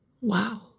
wow